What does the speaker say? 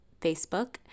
Facebook